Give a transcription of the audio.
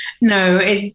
No